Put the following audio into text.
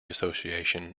association